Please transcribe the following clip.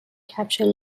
capture